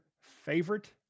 favorite